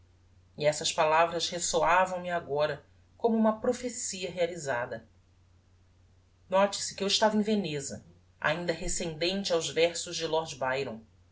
e essas palavras resoavam me agora como uma prophecia realizada note-se que eu estava em veneza ainda rescendente aos versos de